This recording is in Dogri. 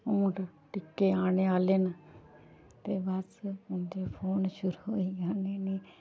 हून टिक्के आने आह्ले न ते बस उं'दे फोन शुरू होई जाने न